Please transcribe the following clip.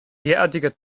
derartiger